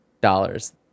dollars